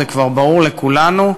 זה כבר ברור לכולנו,